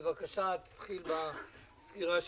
בבקשה תתחיל בסקירה שלך,